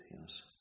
Yes